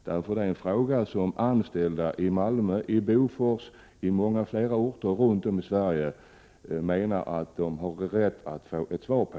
Detta är en fråga som de anställda i Malmö, Bofors och på flera andra orter i Sverige anser sig ha rätt att få ett svar på.